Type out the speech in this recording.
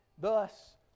Thus